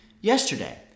Yesterday